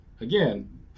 again